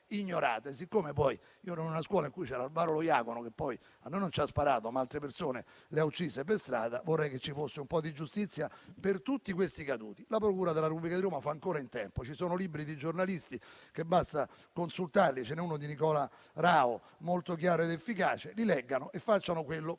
Siccome ero in una scuola in cui c'era Alvaro Lojacono, che a noi non ha sparato, ma altre persone le ha uccise per strada, vorrei che ci fosse un po' di giustizia per tutti questi caduti. La procura della Repubblica di Roma fa ancora in tempo: ci sono libri di giornalisti, basta consultarli, ce n'è è uno di Nicola Rao molto chiaro ed efficace. Li leggano e facciano quello che è